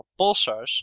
pulsars